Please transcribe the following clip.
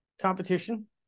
competition